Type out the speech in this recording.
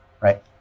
right